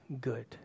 good